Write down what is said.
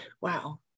wow